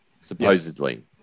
supposedly